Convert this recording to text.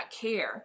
care